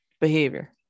behavior